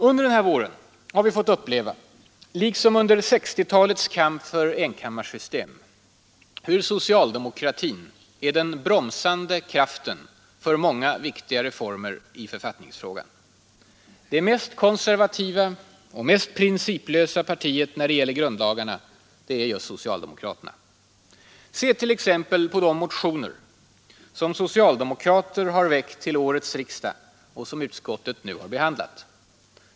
Under våren har vi fått uppleva, liksom under 1960-talets kamp för enkammarsystem, hur socialdemokratin är den bromsande kraften för många viktiga reformer i författningsfrågan. Det mest konservativa och mest principlösa partiet när det gäller grundlagarna är just socialdemokraterna. Se t.ex. på de motioner som socialdemokrater har väckt till årets riksdag och som utskottet nu behandlat.